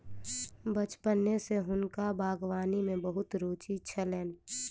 बचपने सॅ हुनका बागवानी में बहुत रूचि छलैन